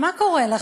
מה קורה לכם?